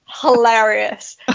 hilarious